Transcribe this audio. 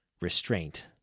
restraint